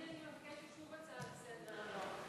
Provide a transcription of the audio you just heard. אדוני, אני מבקשת שוב הצעה לסדר.